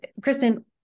Kristen